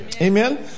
Amen